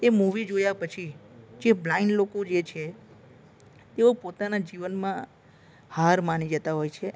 એ movie જોયા પછી જે બ્લાઇન્ડ લોકો જે છે એઓ પોતાના જીવનમાં હાર માની જતા હોય છે